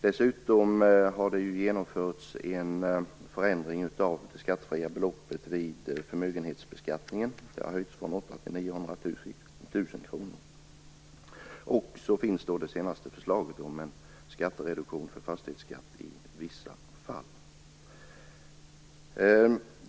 Dessutom har en förändring av det skattefria beloppet vid förmögenhetsbeskattningen genomförts. Beloppet har höjts från 800 000 kr till 900 000 kr. Dessutom innehåller det senaste förslaget en reduktion för fastighetsskatt i vissa fall.